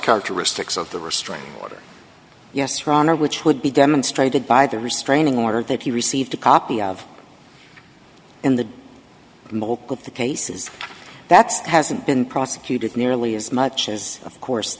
characteristics of the restraining order yes rahner which would be demonstrated by the restraining order that he received a copy of in the middle of the cases that's hasn't been prosecuted nearly as much as of course